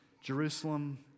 Jerusalem